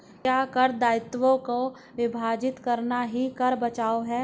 क्या कर दायित्वों को विभाजित करना ही कर बचाव है?